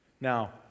Now